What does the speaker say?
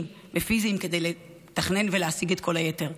ופיזיים כדי לתכנן ולהשיג את כל היתר.